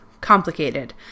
complicated